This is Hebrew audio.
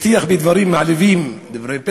הטיח בי דברים מעליבים, דברי בלע,